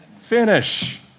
Finish